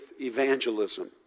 evangelism